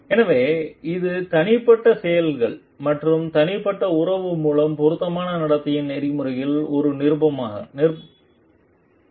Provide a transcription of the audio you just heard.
எனவே இது தனிப்பட்ட செயல்கள் மற்றும் தனிப்பட்ட உறவுகள் மூலம் பொருத்தமான நடத்தையின் நெறிமுறைகளின் ஒரு நிரூபணமாகும்